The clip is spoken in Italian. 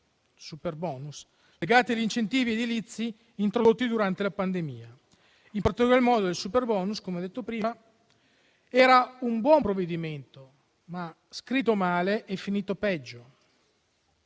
(superbonus) legati agli incentivi edilizi introdotti durante la pandemia. In particolar modo il superbonus - come ho detto prima - era un buon provvedimento, ma scritto male e finito peggio.